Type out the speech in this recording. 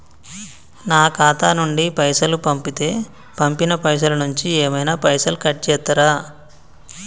నా ఖాతా నుండి పైసలు పంపుతే పంపిన పైసల నుంచి ఏమైనా పైసలు కట్ చేత్తరా?